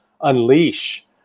unleash